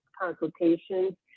consultation